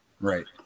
Right